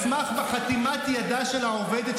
מסמך בחתימת ידה של העובדת,